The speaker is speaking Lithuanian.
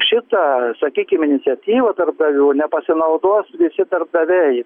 šita sakykim iniciatyva darbdavių nepasinaudos visi darbdaviai